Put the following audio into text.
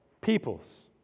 peoples